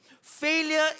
Failure